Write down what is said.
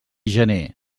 gener